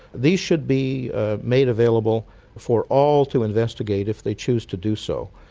these should be ah made available for all to investigate if they choose to do so.